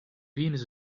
venus